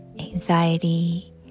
Anxiety